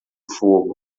fogo